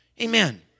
Amen